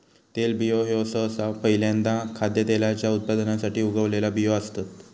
तेलबियो ह्यो सहसा पहील्यांदा खाद्यतेलाच्या उत्पादनासाठी उगवलेला बियो असतत